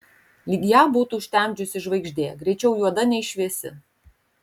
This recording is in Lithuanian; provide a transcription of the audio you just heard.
lyg ją būtų užtemdžiusi žvaigždė greičiau juoda nei šviesi